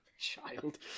Child